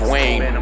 Wayne